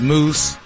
Moose